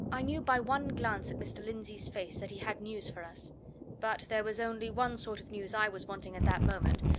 i knew by one glance at mr. lindsey's face that he had news for us but there was only one sort of news i was wanting at that moment,